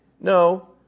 No